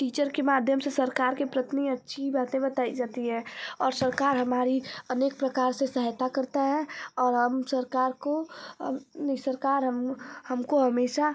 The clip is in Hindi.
टीचर के माध्यम से सरकार के प्रतनी अच्छी बातें बताई जाती है और सरकार हमारी अनेक प्रकार से सहायता करता है और हम सरकार को नहीं सरकार हम हमको हमेशा